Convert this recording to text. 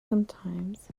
sometimes